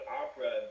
opera